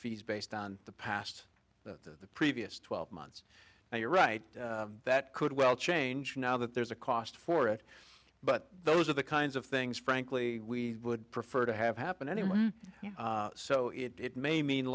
fees based on the past the previous twelve months and you're right that could well change now that there's a cost for it but those are the kinds of things frankly we would prefer to have happen anyway so it may mean